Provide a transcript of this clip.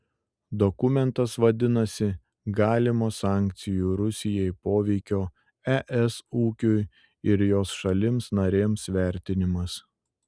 dokumentas vadinasi galimo sankcijų rusijai poveikio es ūkiui ir jos šalims narėms vertinimas